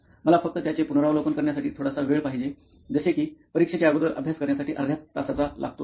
मला फक्त त्याचे पुनरावलोकन करण्यासाठी थोडासा वेळ पाहिजे जसे कि परीक्षेच्या अगोदर अभ्यास करण्यासाठी अर्ध्या तासाचा लागतो तसा